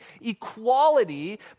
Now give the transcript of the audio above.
equality